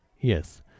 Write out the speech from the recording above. Yes